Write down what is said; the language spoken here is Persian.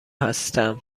هستم